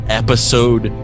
episode